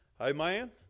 Amen